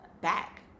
back